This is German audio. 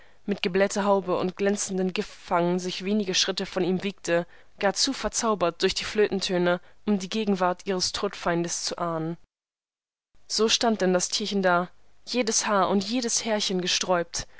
mit geblähter haube und glänzenden giftfangen sich wenige schritte von ihm wiegte gar zu verzaubert durch die flötentöne um die gegenwart ihres todfeindes zu ahnen so stand denn das tierchen da jedes haar und jedes härchen gesträubt